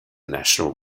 national